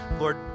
Lord